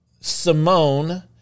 Simone